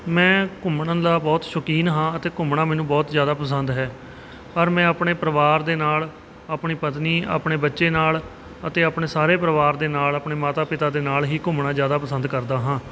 ਮੈਂ ਘੁੰਮਣ ਦਾ ਬਹੁਤ ਸ਼ੌਕੀਨ ਹਾਂ ਅਤੇ ਘੁੰਮਣਾ ਮੈਨੂੰ ਬਹੁਤ ਜ਼ਿਆਦਾ ਪਸੰਦ ਹੈ ਪਰ ਮੈਂ ਆਪਣੇ ਪਰਿਵਾਰ ਦੇ ਨਾਲ ਆਪਣੀ ਪਤਨੀ ਆਪਣੇ ਬੱਚੇ ਨਾਲ ਅਤੇ ਆਪਣੇ ਸਾਰੇ ਪਰਿਵਾਰ ਦੇ ਨਾਲ ਆਪਣੇ ਮਾਤਾ ਪਿਤਾ ਦੇ ਨਾਲ ਹੀ ਘੁੰਮਣਾ ਜ਼ਿਆਦਾ ਪਸੰਦ ਕਰਦਾ ਹਾਂ